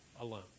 alone